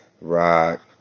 rock